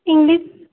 English